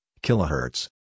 Kilohertz